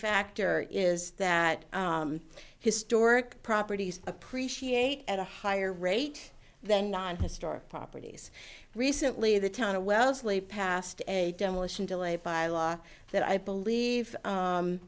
factor is that historic properties appreciate at a higher rate than non historical properties recently the town of wellesley passed a demolition delay by law that i believe